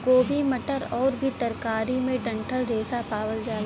गोभी मटर आउर भी तरकारी में डंठल रेशा पावल जाला